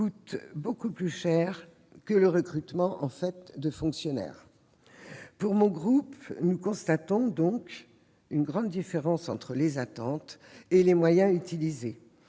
coûte beaucoup plus cher que le recrutement de fonctionnaires. Mon groupe constate une grande différence entre les attentes et les moyens mobilisés,